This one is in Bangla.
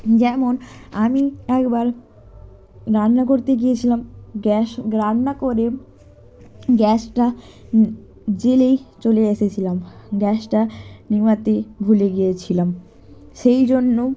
যেমন আমি একবার রান্না করতে গিয়েছিলাম গ্যাস রান্না করে গ্যাসটা জ্বেলে চলে এসেছিলাম গ্যাসটা নেভাতে ভুলে গিয়েছিলাম সেই জন্য